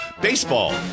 Baseball